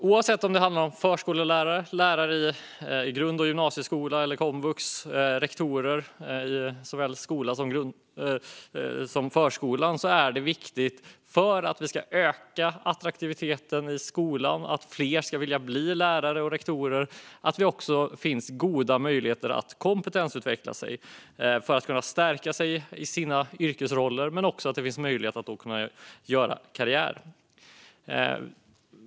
Oavsett om det handlar om förskollärare, om lärare i grund och gymnasieskola eller komvux eller om rektorer och chefer i såväl skola som förskola är det viktigt att det finns goda möjligheter att kompetensutvecklas för att vi ska öka attraktiviteten i skolan och för att fler ska vilja bli lärare och rektorer. På så sätt kan man stärkas i sin yrkesroll, men det innebär också en möjlighet att göra karriär.